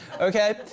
Okay